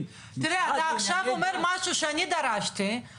הכלכלית (תיקוני חקיקה ליישום המדיניות הכלכלית לשנות התקציב 2021